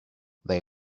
they